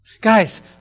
Guys